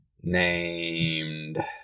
named